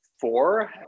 four